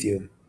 lithium –